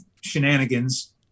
shenanigans